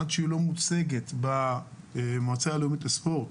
עד שהסימולציה לא מוצגת במועצה הלאומית לספורט